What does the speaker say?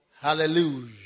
Hallelujah